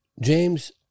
James